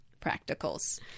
practicals